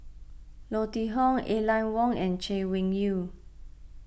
Leo Tee Hong Aline Wong and Chay Weng Yew